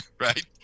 right